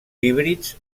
híbrids